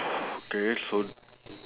okay so